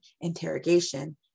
interrogation